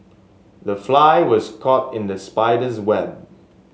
the fly was caught in the spider's web